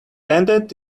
ended